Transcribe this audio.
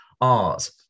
art